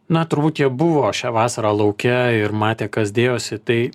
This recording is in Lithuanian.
na turbūt jie buvo šią vasarą lauke ir matė kas dėjosi tai